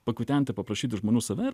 pakutenti paprašyti žmonių save ir